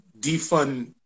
defund